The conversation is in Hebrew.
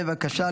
בבקשה.